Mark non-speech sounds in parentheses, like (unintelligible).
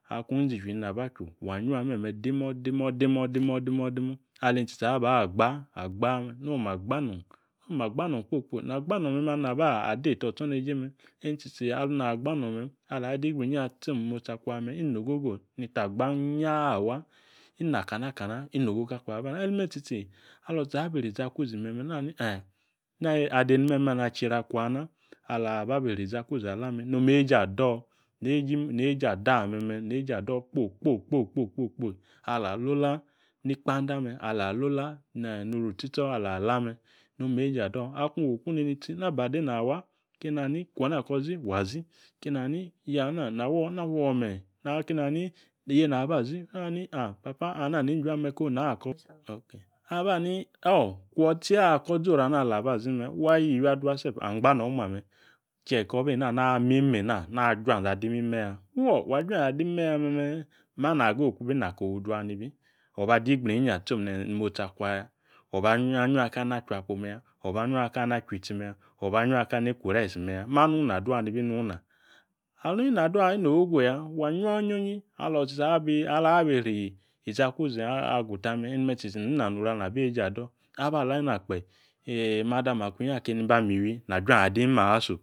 . Akung izichwi nina aba achu wa yua mime dumo̱ dumo̱ (unintelligible) Ala eni tsitsi aba gba (unintelligible) ali nri tsitsi oma gba nung me ala ade ugbru inyi atsom motsi akwa me̱me̱ inogogo ni ta aba yaa waa. Inakana. inogogo akwa. enime tsitsi. alo tsitsi abi isri izakuzi nani (hesitation) aola eni me̱me̱ achieri akwa na. Ala aba bi isri izakuzi ala me noma eeje ado (unintelligible) neeje ado kpo kpo kpo. Ala alola ni ikpanda me ala alola noru otsitse ala alame noma eeji ado. Akung oku nini itsi (unintelligible) keni ani kwo na ko zi wa zi (unintelligible) naba ani (hesitation) kwo tsi ya ko zi oru ana ala aba zi me̱ wa yiwi adua self angba omu ame̱ che ko reena na na juanze adi imime̱ ya fuo wa juanze adi imime̱ ya me̱me̱ ma na geyi kung bina kofu dua nibi. O̱ba dugbru inyiyi atsom nimotsi akua ya O̱ba yua kali na achu akpo. meya o̱ba yua kali na achu isti ya o̱ba yua kali eeni iju irice meya. Ma nuna na dua nibi nung na (unintelligible) inogogoya wa yua onyoyi alo tsitsi (hesitation) ala abi isri izakuzi agutame enime tsitsi ina noru ala niba eeje ado̱. Aba ala nema kpe̱ mada makunuyi akini ba miywi na juanze adaso